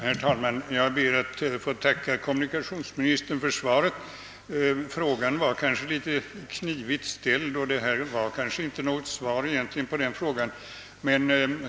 Herr talman! Jag ber att få tacka kommunikationsministern för svaret. Frågan var kanske litet knivigt formulerad, och statsrådet har kanske egentligen inte svarat på den.